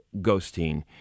ghosting